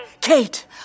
Kate